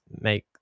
make